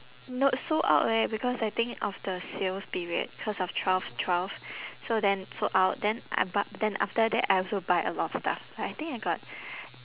you know sold out leh because I think of the sales period because of twelve twelve so then sold out then I but then after that I also buy a lot of stuff I think I got